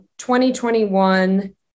2021